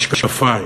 משקפיים,